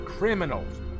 Criminals